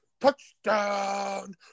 Touchdown